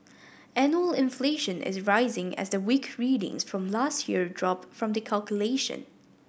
annual inflation is rising as the weak readings from last year drop from the calculation